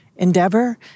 endeavor